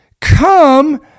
come